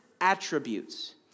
attributes